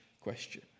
question